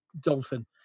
dolphin